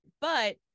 But-